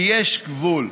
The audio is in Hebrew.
כי יש גבול.